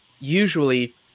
usually